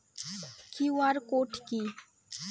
QR code কি?